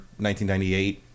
1998